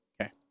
Okay